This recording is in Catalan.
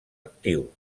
actiu